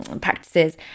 practices